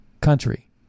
country